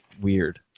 weird